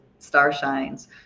starshines